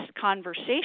conversation